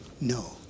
No